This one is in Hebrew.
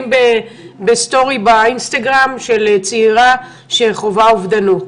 ב-story באינסטגרם של צעירה שחווה רצון לאובדנות,